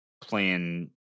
playing